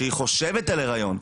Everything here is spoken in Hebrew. שהיא חושבת על היריון,